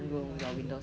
err